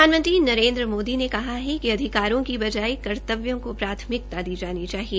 प्रधानमंत्री नरेन्द्र मोदी ने कहा है कि अधिकारों की बजाय कर्त्तव्यों को प्राथमिकता दी जानी चाहिए